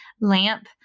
LAMP